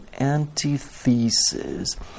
antithesis